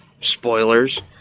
Spoilers